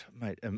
Mate